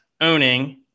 owning